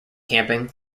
camping